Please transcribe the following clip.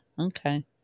Okay